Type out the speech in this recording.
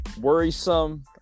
worrisome